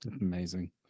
amazing